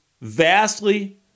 vastly